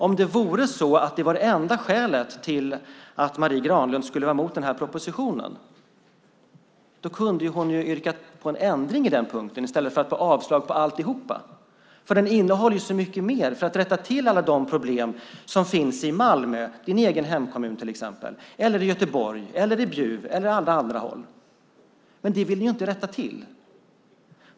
Om det vore så att det är det enda skälet till att Marie Granlund är emot den här propositionen kunde hon ha yrkat på en ändring i den punkten i stället för att yrka avslag på alltihop. Den innehåller så mycket mer för att rätta till alla de problem som finns till exempel i Malmö, din egen hemkommun, i Göteborg, i Bjuv eller på alla andra håll. Men det vill ni inte rätta till.